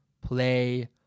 play